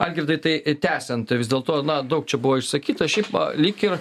algirdai tai tęsiant vis dėlto na daug čia buvo išsakyta šiaip va lyg ir